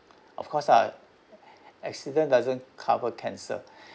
of course ah accident doesn't cover cancer